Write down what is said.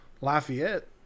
Lafayette